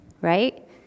right